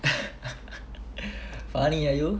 funny ah you